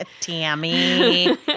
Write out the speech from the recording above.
Tammy